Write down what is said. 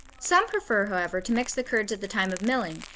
some prefer, however, to mix the curds at the time of milling,